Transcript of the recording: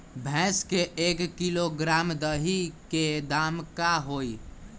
भैस के एक किलोग्राम दही के दाम का होई?